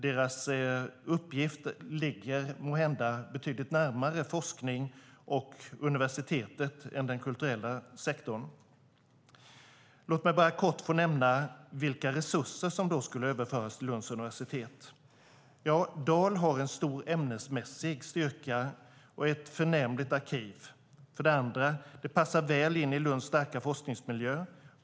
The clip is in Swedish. Deras uppgift ligger måhända betydligt närmare forskning och universitetet än den kulturella sektorn. Låt mig bara kort få nämna vilka resurser som då skulle överföras till Lunds universitet. För det första har Dal en stor ämnesmässig styrka och ett förnämligt arkiv. För det andra passar det väl in i Lunds starka forskningsmiljö.